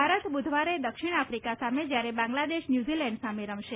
ભારત બુધવારે દક્ષિણ આફિકા સામે જ્યારે બાંગ્લાદેશ ન્યૂઝીલેન્ડ સામે રમશે